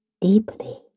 deeply